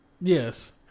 Yes